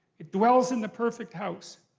it dwells in the perfect house.